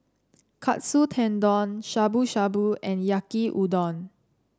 Katsu Tendon Shabu Shabu and Yaki Udon